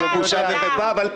הבושה הגדולה היא שלכם.